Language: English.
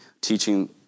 teaching